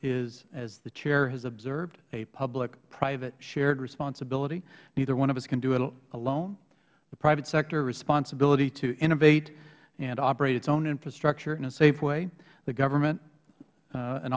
as the chair has observed is a publicprivate shared responsibility neither one of us can do it alone the private sector's responsibility is to innovate and operate its own infrastructure in a safe way the government has an